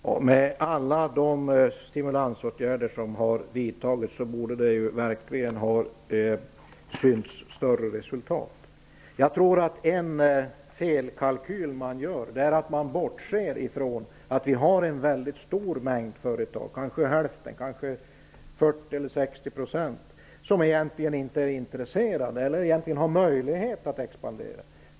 Herr talman! Alla de stimulansåtgärder som har vidtagits borde verkligen ha givit bättre resultat. Man gör en felkalkyl när man bortser från att en stor mängd företag -- kanske omkring 50 %-- inte är intresserade av eller inte har möjlighet att expandera.